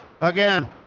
Again